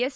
S